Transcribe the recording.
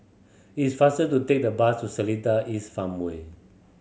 it's faster to take the bus to Seletar East Farmway